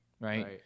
Right